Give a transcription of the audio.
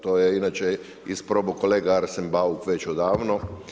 To je inače isprobao kolega Arsen Bauk već odavno.